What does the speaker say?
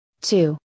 two